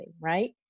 right